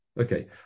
Okay